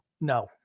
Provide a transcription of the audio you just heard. No